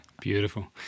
Beautiful